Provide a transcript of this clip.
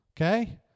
Okay